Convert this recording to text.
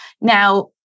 Now